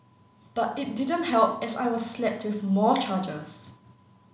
but it didn't help as I was slapped with more charges